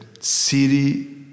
city